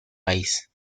país